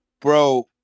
bro